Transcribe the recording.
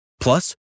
Plus